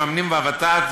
מממנים הוות"ת,